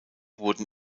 wurden